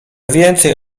więcej